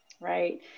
right